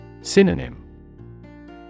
Synonym